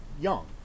young